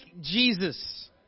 Jesus